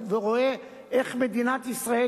ורואה איך מדינת ישראל,